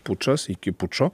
pučas iki pučo